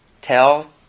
Tell